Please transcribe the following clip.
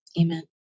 Amen